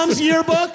yearbook